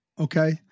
Okay